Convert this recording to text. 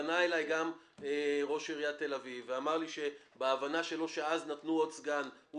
פנה אלי גם ראש עיריית תל אביב ואמר לי שכאשר אז נתנו עוד סגן,